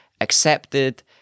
accepted